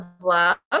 love